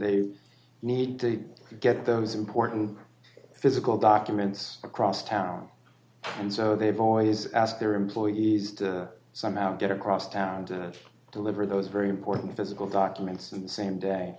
they need to get those important physical documents across town and so they boys ask their employees to somehow get across town to deliver those very important physical documents in the same day